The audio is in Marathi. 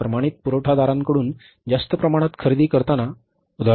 ते प्रमाणित पुरवठादारांकडून जास्त प्रमाणात खरेदी करतात